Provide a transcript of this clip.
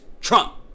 Trump